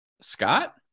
scott